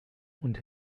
und